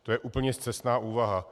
To je úplně scestná úvaha.